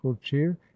cheer